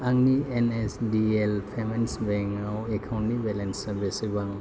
आंनि N S D L payments बेंकआव एकाउन्टनि बेलेन्सा बेसेबां